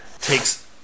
takes